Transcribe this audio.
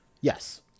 Yes